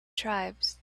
tribes